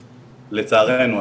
לצערנו,